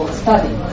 study